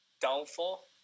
downfall